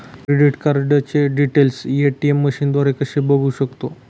Credit कार्डचे details A T M मशीनद्वारे कसे बघू शकतो?